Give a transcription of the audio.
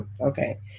okay